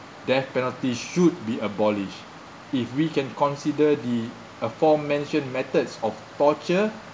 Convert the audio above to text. death penalty should be abolished if we can consider the aforementioned methods of torture